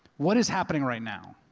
what is happening right now?